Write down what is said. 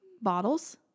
bottles